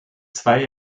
zwei